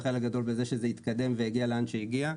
חלק גדול בזה שזה התקדם והגיע לאן שהגיע.